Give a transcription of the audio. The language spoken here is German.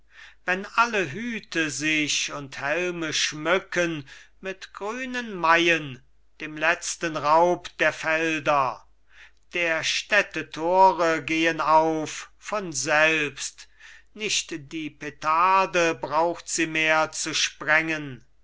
wenn alle hüte sich und helme schmücken mit grünen maien dem letzten raub der felder der städte tore gehen auf von selbst nicht die petarde braucht sie mehr zu sprengen